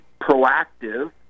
proactive